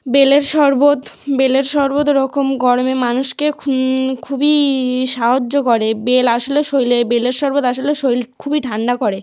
বেলের শরবত বেলের শরবত ওরকম গরমে মানুষকে খুবই সাহায্য করে বেল আসলে শরীরে বেলের শরবত আসলে শরীর খুবই ঠান্ডা করে